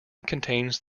contains